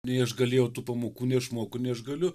nei aš galėjau tų pamokų nei aš moku nei aš galiu